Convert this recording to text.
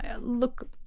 look